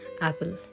Apple